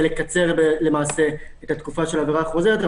לקצר למעשה את התקופה של עבירה חוזרת.